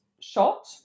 shot